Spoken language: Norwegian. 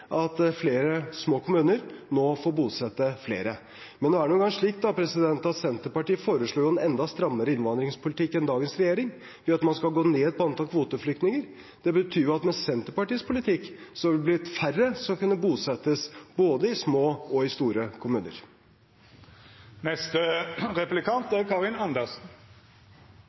at flere små kommuner nå får bosette flere. Men nå er det engang slik at Senterpartiet foreslår en enda strammere innvandringspolitikk enn dagens regjering, ved at man skal gå ned på antall kvoteflyktninger. Det betyr jo at med Senterpartiets politikk ville det blitt færre som kunne bosettes, både i små og i store kommuner. Det er